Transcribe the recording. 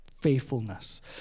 faithfulness